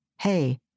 Hey